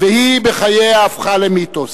והיא בחייה הפכה למיתוס.